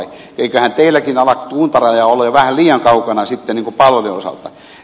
eiköhän teilläkin ala kuntaraja olla jo vähän liian kaukana sitten palveluiden osalta